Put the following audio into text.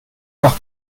nach